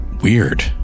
weird